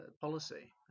policy